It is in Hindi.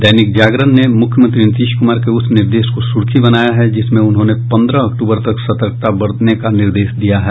दैनिक जागरण ने मुख्यमंत्री नीतीश कुमार के उस निर्देश को सुर्खी बनायी है जिसमें उन्होंने पंद्रह अक्टूबर तक सतर्कता बरतने का निर्देश दिया है